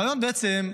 הרעיון בעצם,